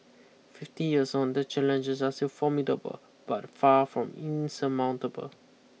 fifty years on the challenges are still formidable but far from insurmountable